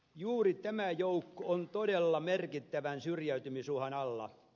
juuri tämä joukko on todella merkittävän syrjäytymisuhan alla